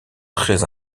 très